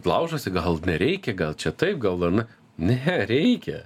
laužosi gal nereikia gal čia taip gal ana ne reikia